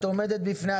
את עומדת בפני עצמך.